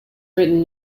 written